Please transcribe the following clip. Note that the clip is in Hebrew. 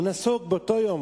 הוא נסוג באותו יום.